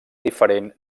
diferent